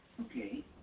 Okay